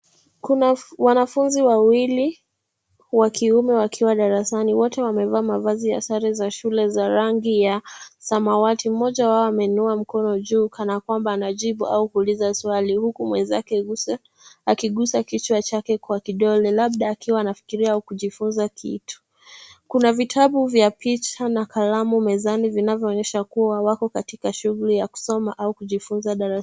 Kuna wanafunzi wawili wa kiume, wakiwa darasani. Wote wamevaa mavazi ya sare za shule za rangi ya samwati. Mmoja wao ameinua mkono juu kana kwamba anajibu au kuuliza swali, huku mwenzake akigusa kichwa chake kwa kidole labda akiwa anafikiria au kujifunza kitu. Kuna vitabu vya picha na kalamu mezani vinavyoonyesha kuwa wako katika shughuli ya kusoma au kujifunza darasani.